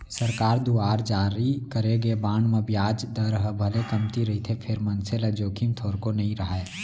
सरकार दुवार जारी करे गे बांड म बियाज दर ह भले कमती रहिथे फेर मनसे ल जोखिम थोरको नइ राहय